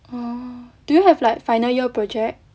oh do you have like final year project